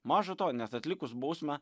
maža to net atlikus bausmę